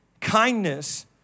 kindness